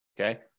Okay